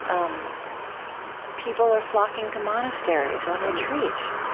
um people are flocking to monasteries on retreat.